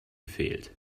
gefehlt